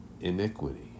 iniquity